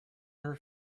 her